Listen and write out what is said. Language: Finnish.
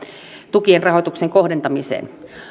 tukien rahoituksen kohdentamiseen